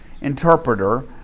interpreter